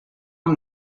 amb